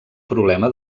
problema